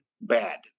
bad